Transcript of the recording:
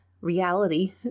reality